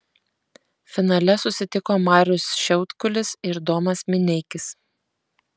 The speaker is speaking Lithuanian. finale susitiko marius šiaudkulis ir domas mineikis